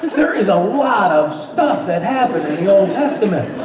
there is a lot of stuff that happened in the old testament.